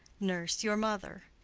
nurse. your mother.